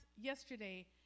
yesterday